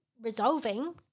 resolving